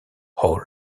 hall